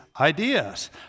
ideas